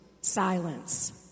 silence